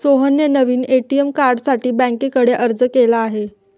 सोहनने नवीन ए.टी.एम कार्डसाठी बँकेकडे अर्ज केला आहे